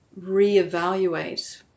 reevaluate